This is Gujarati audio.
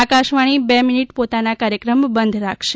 આકાશવાણી બે મિનિટ પોતાના કાર્યક્રમ બંધ રાખશે